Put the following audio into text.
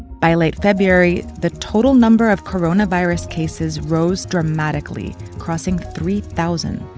by late february, the total number of coronavirus cases rose dramatically, crossing three thousand.